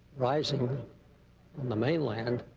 rising on the mainland